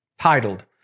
titled